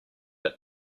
but